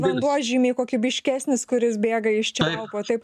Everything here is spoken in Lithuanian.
vanduo žymiai kokybiškesnis kuris bėga iš čiaupo taip